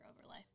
overlay